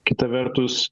kita vertus